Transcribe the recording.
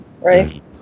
right